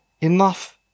enough